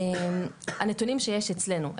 הנתונים שיש אצלנו,